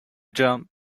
jump